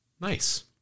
Nice